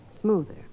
smoother